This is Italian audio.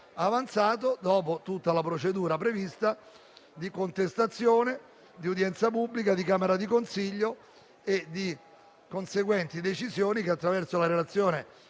avanzato, dopo tutta la prevista procedura di contestazione, di udienza pubblica e di camera di consiglio, e le conseguenti decisioni, che, attraverso la relazione